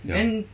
ya